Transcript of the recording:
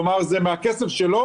כלומר זה מהכסף שלו,